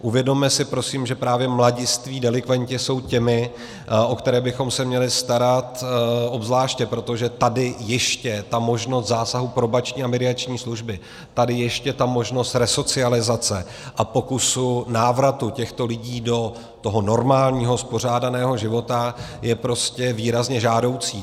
Uvědomme si prosím, že právě mladiství delikventi jsou těmi, o které bychom se měli starat obzvláště, protože tady ještě ta možnost zásahu probační a mediační služby, tady ještě ta možnost resocializace a pokusu návratu těchto lidí do normálního spořádaného života je prostě výrazně žádoucí.